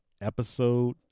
episode